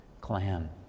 clan